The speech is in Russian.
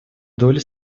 долли